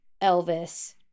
Elvis